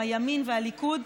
הימין והליכוד,